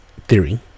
theory